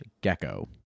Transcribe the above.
gecko